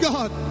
God